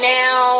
now